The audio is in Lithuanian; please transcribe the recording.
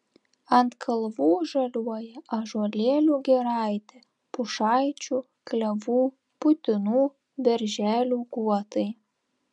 ant kalvų žaliuoja ąžuolėlių giraitė pušaičių klevų putinų berželių guotai